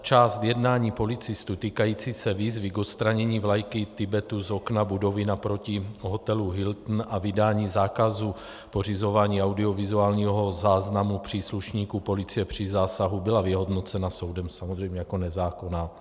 Část jednání policistů týkající se výzvy k odstranění vlajky Tibetu z okna budovy naproti hotelu Hilton a vydání zákazu pořizování audiovizuálního záznamu příslušníků policie při zásahu byla vyhodnocena soudem samozřejmě jako nezákonná.